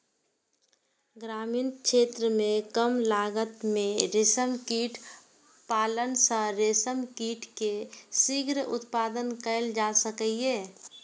ग्रामीण क्षेत्र मे कम लागत मे रेशम कीट पालन सं रेशम कीट के शीघ्र उत्पादन कैल जा सकैए